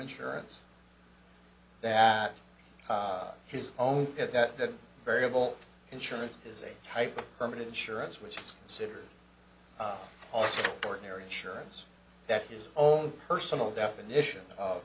insurance that his own at that variable insurance is a type permit insurance which is considered also ordinary insurance that his own personal definition of